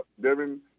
Devin